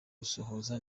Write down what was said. gusohoza